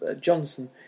Johnson